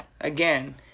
again